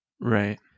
Right